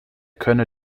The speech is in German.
könne